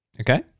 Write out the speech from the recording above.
Okay